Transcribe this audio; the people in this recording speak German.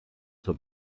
zur